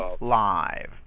live